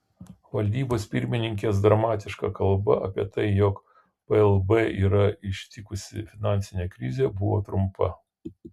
valdybos pirmininkės dramatiška kalba apie tai jog plb yra ištikusi finansinė krizė buvo trumpa